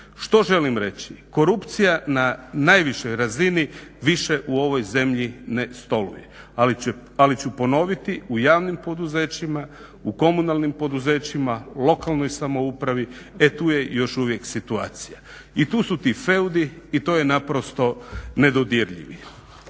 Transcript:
Što želim reći? Korupcija na najvišoj razni više u ovoj zemlji ne stoluje, ali ću ponoviti u javnim poduzećima u komunalnim poduzećima, lokalnoj samoupravi e tu je još uvijek situacija. I tu su ti feudi i to je naprosto nedodirljivi.